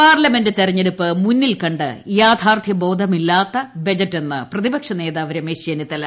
parliament തെരഞ്ഞെടുപ്പ് മുന്നിൽ കണ്ട് യാഥാർത്ഥ്യ ബോധമില്ലാത്ത ബജറ്റെന്ന് പ്രതിപക്ഷ നേതാവ് രമേശ് ചെന്നിത്തല